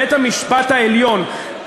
בית-המשפט העליון,